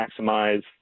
maximize